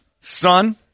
son